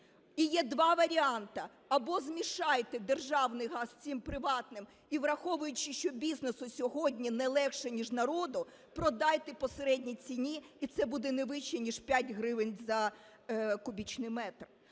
І є два варіанти або змішайте державний газ з цим приватним і, враховуючи, що бізнесу сьогодні не легше ніж народу, продайте по середній ціні і це буде не вище ніж 5 гривень за кубічний метр,